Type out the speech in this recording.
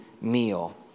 meal